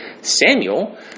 Samuel